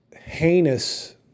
heinous